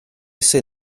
sydd